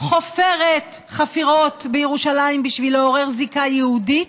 חופרת חפירות בירושלים בשביל לעורר זיקה יהודית,